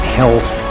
health